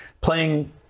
playing